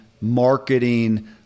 marketing